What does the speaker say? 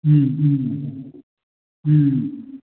ꯎꯝ ꯎꯝ ꯎꯝ